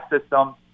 system